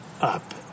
up